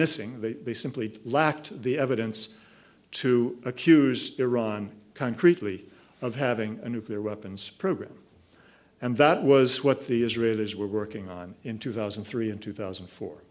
missing that they simply lacked the evidence to accuse iran concretely of having a nuclear weapons program and that was what the israelis were working on in two thousand and three in two thousand